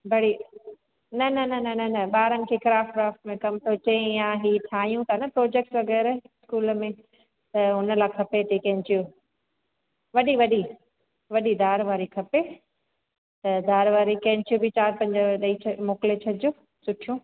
बड़ी न न न न न ॿारनि खे क्राफ़्ट व्राफ़्ट कम थो अचे या हीअ ठाहियूं था न प्रोजेक्ट वगै़रह स्कूल में त उन लाइ खपे थी कैंचियूं वॾी वॾी वॾी धार वारी खपे त धार वारी कैंचियूं बि चारि पंज ॾई छॾिजो मोकिले छॾिजो सुठियूं